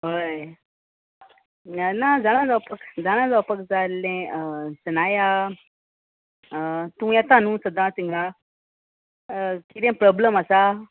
हय ना जाणा जावपाक जाणा जावपाक जाय आसलें सनाया तूं येता न्हू सदांच तिंगा किदें प्रोब्लम आसा